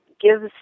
gives